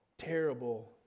terrible